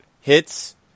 hits